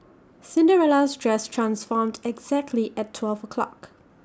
Cinderella's dress transformed exactly at twelve o'clock